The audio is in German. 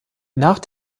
nach